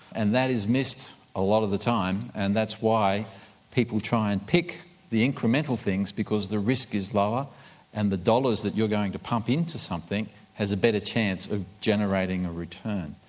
and that is missed a lot of the time and that's why people try and pick the incremental things because the risk is lower and the dollars that you're going to pump into something has a better chance of generating a return.